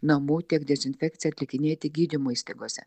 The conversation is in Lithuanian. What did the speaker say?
namų tiek dezinfekciją atlikinėti gydymo įstaigose